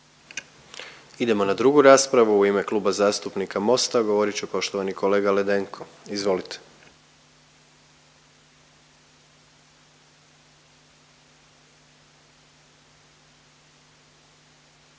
Idemo na drugu raspravu, u ime Kluba zastupnika Mosta, govorit će poštovani kolega Ledenko, izvolite.